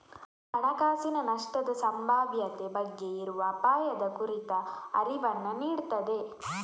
ಹಣಕಾಸಿನ ನಷ್ಟದ ಸಂಭಾವ್ಯತೆ ಬಗ್ಗೆ ಇರುವ ಅಪಾಯದ ಕುರಿತ ಅರಿವನ್ನ ನೀಡ್ತದೆ